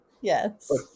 Yes